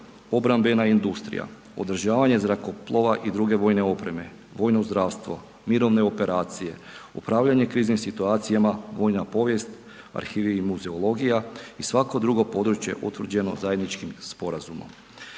obrambena industrija, održavanje zrakoplova i druge vojne opreme, vojno zdravstvo, mirovine operacije, upravljanje kriznim situacijama, vojna povijest, arhive i muzeologija i svako drugo područje utvrđeno zajedničkim sporazumom